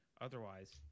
Otherwise